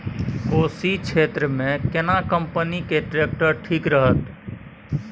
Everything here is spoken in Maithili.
कोशी क्षेत्र मे केना कंपनी के ट्रैक्टर ठीक रहत?